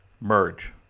merge